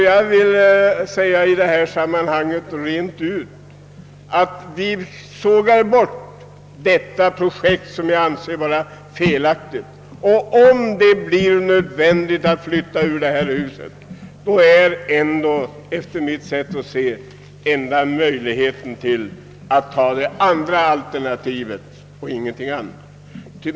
Jag vill säga rent ut att vi bör såga av detta projekt, som jag anser felaktigt, och om det blir nödvändigt att flytta ur detta hus är enda möjligheten att ta det andra alternativet.